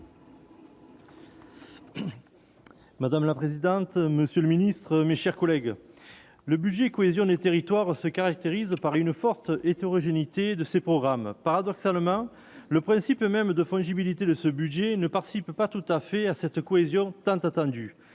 Madame la présidente, monsieur le ministre, mes chers collègues, le budget cohésion des territoires se caractérise par une forte hétérogénéité de ces programmes paradoxalement le principe même de fongibilité de ce budget ne participe pas tout à fait à cette cohésion tant attendu